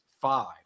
five